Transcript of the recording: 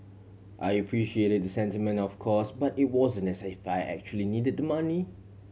I appreciated the sentiment of course but it wasn't as if I actually needed the money